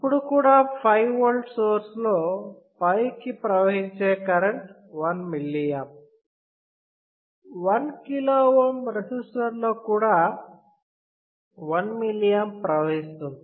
ఇప్పుడు కూడా 5V source లో పైకి ప్రవహించే కరెంటు 1mA 1KΩ రెసిస్టర్ లో కూడా 1mA ప్రవహిస్తుంది